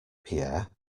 pierre